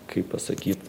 kaip pasakyt